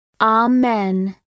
Amen